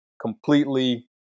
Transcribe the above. Completely